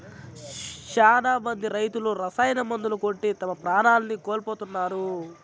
శ్యానా మంది రైతులు రసాయన మందులు కొట్టి తమ ప్రాణాల్ని కోల్పోతున్నారు